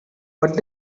what